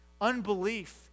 unbelief